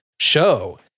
show